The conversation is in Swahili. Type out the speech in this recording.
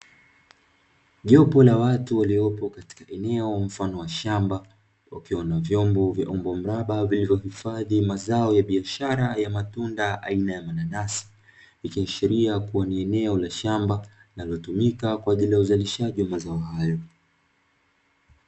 Jopo la watu waliopo katika eneo mfano wa shamba, wakiwa wana vyombo vya mraba vilivohifadhi mazao ya biashara ya matunda aina ya mananasi. Ikiashiria kuwa ni eneo la shamba linalotumika kwa ajili ya uzalishaji wa mazao hayo.